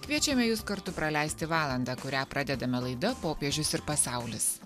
kviečiame jus kartu praleisti valandą kurią pradedame laida popiežius ir pasaulis